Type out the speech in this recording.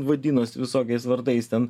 vadinos visokiais vardais ten